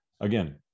again